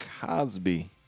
Cosby